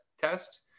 test